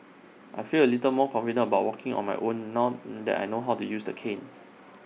I feel A little more confident about walking on my own now that I know how to use the cane